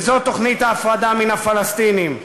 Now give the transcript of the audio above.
וזאת תוכנית ההפרדה מהפלסטינים.